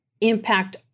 impact